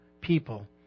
people